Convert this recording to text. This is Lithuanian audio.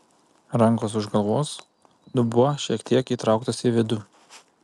rankos už galvos dubuo šiek tiek įtrauktas į vidų